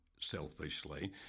selfishly